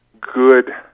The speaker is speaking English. good